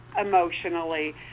emotionally